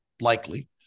likely